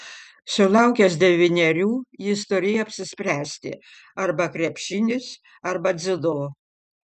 sulaukęs devynerių jis turėjo apsispręsti arba krepšinis arba dziudo